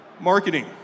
marketing